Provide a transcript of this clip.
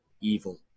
evil